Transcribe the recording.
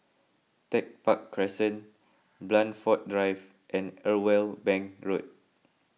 Tech Park Crescent Blandford Drive and Irwell Bank Road